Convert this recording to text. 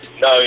No